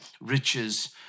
riches